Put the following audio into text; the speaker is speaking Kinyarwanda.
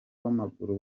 w’amaguru